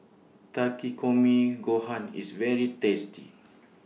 Takikomi Gohan IS very tasty